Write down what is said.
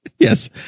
Yes